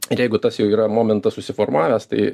ir jeigu tas jau yra momentas susiformavęs tai